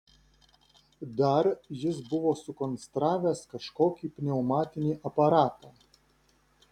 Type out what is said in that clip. dar jis buvo sukonstravęs kažkokį pneumatinį aparatą